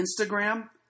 Instagram